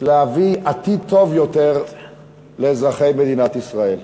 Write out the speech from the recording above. להביא עתיד טוב יותר לאזרחי מדינת ישראל.